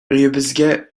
өебезгә